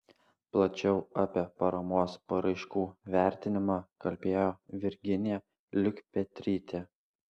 plačiau apie paramos paraiškų vertinimą kalbėjo virginija liukpetrytė